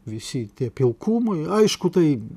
visi tie pilkumai aišku tai